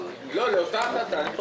לא, לגבי אותה החלטה.